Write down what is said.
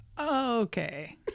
okay